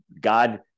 God